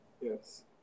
Yes